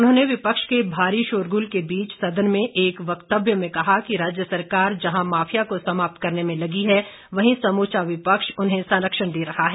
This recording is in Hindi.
उन्होंने विपक्ष के भारी शोरगुल के बीच सदन में एक वक्तव्य में कहा कि राज्य सरकार जहां माफिया को समाप्त करने में लगी है वहीं समूचा विपक्ष उन्हें संरक्षण दे रहा है